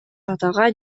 атаҕа